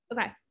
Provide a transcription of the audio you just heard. Okay